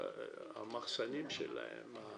המחסנים שלהם,